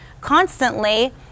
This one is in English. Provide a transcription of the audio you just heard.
constantly